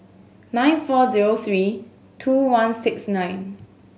nine four zero three two one six nine